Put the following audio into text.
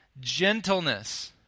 gentleness